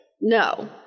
No